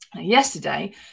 Yesterday